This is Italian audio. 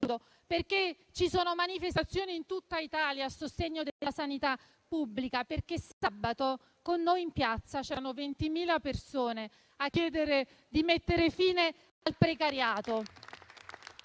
- ci sono manifestazioni in tutta Italia a sostegno della sanità pubblica, perché sabato con noi in piazza c'erano 20.000 persone a chiedere di mettere fine al precariato.